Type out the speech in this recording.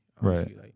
Right